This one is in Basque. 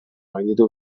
gainditu